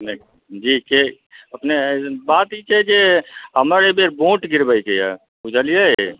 नहि जी छै अपने बात ई छै जे हमरा अहिबेर वोट गिरबैके यऽ बुझलियै